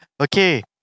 Okay